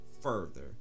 further